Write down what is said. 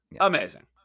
Amazing